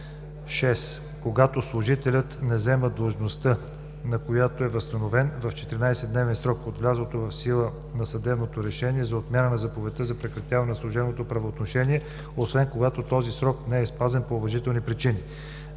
„6. когато служителят не заеме длъжността, на която е възстановен, в 14-дневен срок от влизането в сила на съдебното решение за отмяна на заповедта за прекратяване на служебното правоотношение, освен когато този срок не е спазен по уважителни причини;“